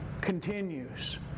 continues